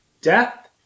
death